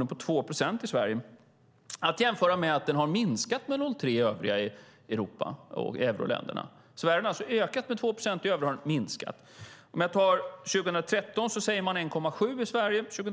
året på 2 procent i Sverige, att jämföra med att den har minskat med 0,3 procent i övriga Europa och euroländerna. I Sverige har den alltså ökat med 2 procent, och i övriga länder har den minskat. Jag kan också ta siffrorna för 2013 och 2014.